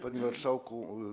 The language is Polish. Panie Marszałku!